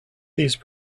these